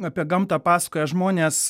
apie gamtą pasakoja žmonės